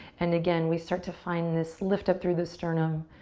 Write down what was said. and again we start to find this lift up through the sternum,